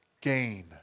gain